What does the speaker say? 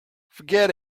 forget